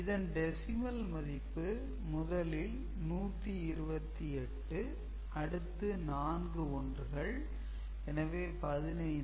இதன் டெசிமல் மதிப்பு முதலில் 128 அடுத்து நான்கு ஒன்றுகள் எனவே 15